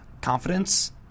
confidence